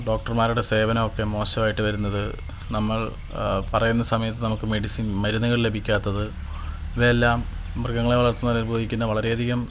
ഡോക്ടർമാരുടെ സേവനവൊക്കെ മോശവായിട്ട് വരുന്നത് നമ്മൾ പറയുന്ന സമയത്ത് നമുക്ക് മെഡിസിൻ മരുന്നുകൾ ലഭിക്കാത്തത് ഇവയെല്ലാം മൃഗങ്ങളെ വളര്ത്തുന്നവരനുഭവിക്കുന്ന വളരെയധികം